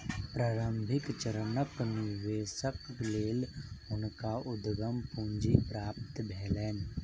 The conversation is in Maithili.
प्रारंभिक चरणक निवेशक लेल हुनका उद्यम पूंजी प्राप्त भेलैन